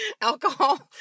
Alcohol